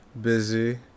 busy